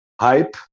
hype